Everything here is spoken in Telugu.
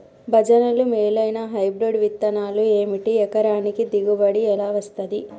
భజనలు మేలైనా హైబ్రిడ్ విత్తనాలు ఏమిటి? ఎకరానికి దిగుబడి ఎలా వస్తది?